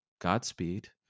Godspeed